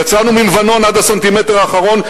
יצאנו מלבנון עד הסנטימטר האחרון,